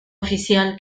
oficial